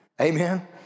Amen